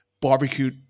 barbecue